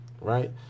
right